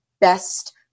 best